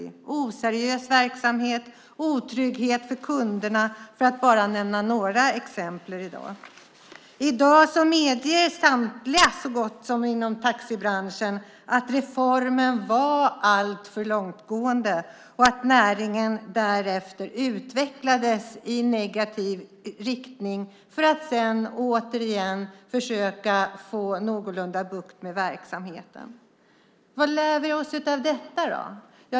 Det blev oseriös verksamhet och otrygghet för kunderna. Detta är bara några exempel. I dag medger så gott som samtliga inom taxibranschen att reformen var alltför långtgående och att näringen därefter utvecklades i negativ riktning för att sedan återigen försöka få bukt med verksamheten. Vad lär vi oss av detta?